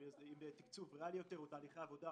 עם תקצוב ריאלי יותר או תהליכי עבודה,